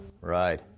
Right